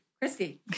Christy